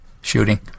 shooting